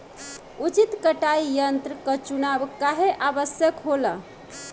उचित कटाई यंत्र क चुनाव काहें आवश्यक होला?